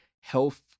health